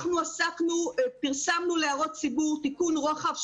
אנחנו פרסמנו להערות הציבור תיקון רוחב,